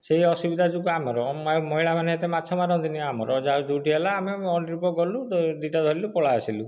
ସେହି ଅସୁବିଧା ଯୋଗୁଁ ଆମର ମହିଳାମାନେ ଏତେ ମାଛ ମାରନ୍ତିନି ଆମର ଯାହା ଯେଉଁଠି ହେଲା ଆମେ ଅଣ୍ଡିରୀ ପୁଅ ଗଲୁ ଦୁଇଟା ଧରିଲୁ ପଳାଇଆସିଲୁ